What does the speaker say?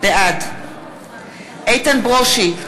בעד איתן ברושי,